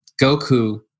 Goku